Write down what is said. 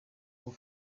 beau